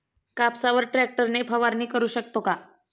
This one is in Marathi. कापसावर ट्रॅक्टर ने फवारणी करु शकतो का?